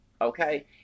Okay